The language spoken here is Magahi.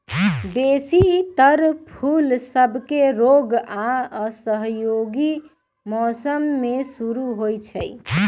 बेशी तर फूल सभके रोग आऽ असहयोगी मौसम में शुरू होइ छइ